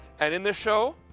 and in the show,